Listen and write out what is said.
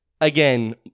Again